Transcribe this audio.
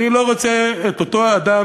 אני לא רוצה את אותו האדם,